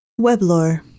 Weblore